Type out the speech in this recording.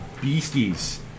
beasties